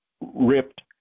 ripped